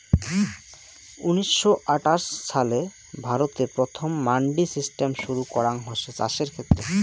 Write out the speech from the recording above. উনিশশো আটাশ ছালে ভারতে প্রথম মান্ডি সিস্টেম শুরু করাঙ হসে চাষের ক্ষেত্রে